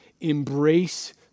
embrace